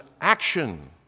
action